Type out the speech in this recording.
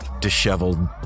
disheveled